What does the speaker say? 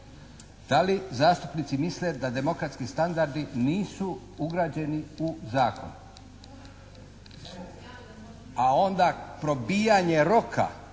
Da li zastupnici misle da demokratski standardi nisu ugrađeni u zakon? A onda probijanje roka